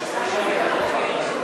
2015: